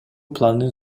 планын